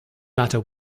matter